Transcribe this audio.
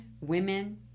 women